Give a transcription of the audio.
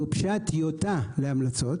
גובשה טיוטה להמלצות